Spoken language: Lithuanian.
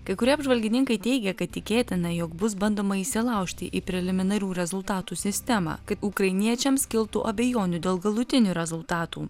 kai kurie apžvalgininkai teigia kad tikėtina jog bus bandoma įsilaužti į preliminarių rezultatų sistemą kad ukrainiečiams kiltų abejonių dėl galutinių rezultatų